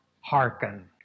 hearken